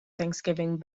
thanksgiving